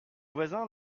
voisins